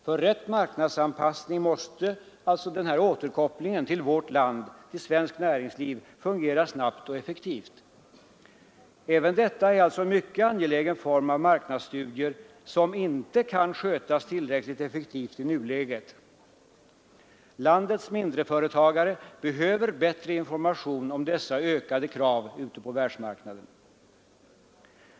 För rätt marknadsanpassning måste denna återkoppling till svenskt näringsliv fungera snabbt och effektivt. Även detta är alltså en mycket angelägen form av marknadsstudier som inte kan skötas tillräckligt effektivt i nuläget. Landets mindreföretagare behöver bättre information om dessa ökande krav ute på världsmarknaden.